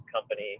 company